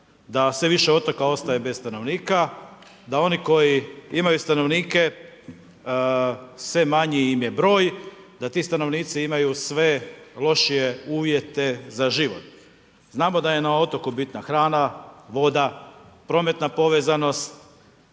da sve više otoka ostaje bez stanovnika, da oni koji imaju stanovnike sve manji im je broj, da ti stanovnici imaju sve lošije uvjete za život. Znamo da je na otoku bitna hrana, voda, prometna povezanost,